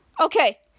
Okay